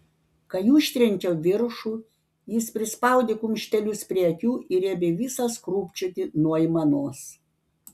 kai užtrenkiau viršų jis prispaudė kumštelius prie akių ir ėmė visas krūpčioti nuo aimanos